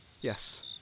Yes